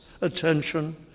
attention